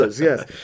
Yes